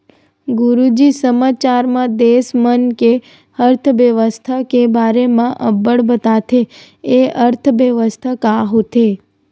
गुरूजी समाचार म देस मन के अर्थबेवस्था के बारे म अब्बड़ बताथे, ए अर्थबेवस्था का होथे?